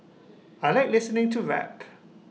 I Like listening to rap